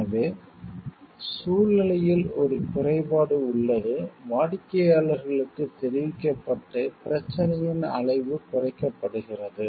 எனவே சூழ்நிலையில் ஒரு குறைபாடு உள்ளது வாடிக்கையாளர்களுக்கு தெரிவிக்கப்பட்டு பிரச்சனையின் அளவு குறைக்கப்படுகிறது